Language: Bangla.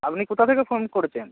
আপনি কোথা থেকে ফোন করেছেন